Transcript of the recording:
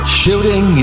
shooting